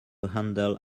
handle